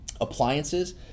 appliances